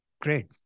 great